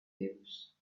cubes